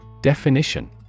Definition